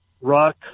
rock